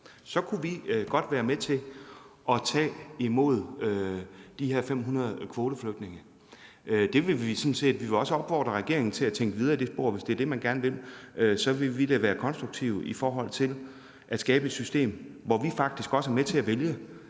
Så kunne vi godt være med til tage imod de her 500 kvoteflygtninge. Vi vil også opfordre regeringen til at tænke videre i det spor, hvis det er det, man gerne vil. Så vil vi være konstruktive for at skabe et system, hvor man faktisk er med til at vælge,